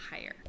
higher